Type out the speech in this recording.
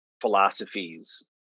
philosophies